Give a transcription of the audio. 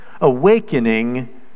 Awakening